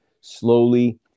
slowly